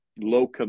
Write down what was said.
low